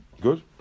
Good